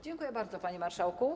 Dziękuję bardzo, panie marszałku.